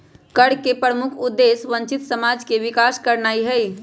कर के प्रमुख उद्देश्य वंचित समाज के विकास करनाइ हइ